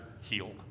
healed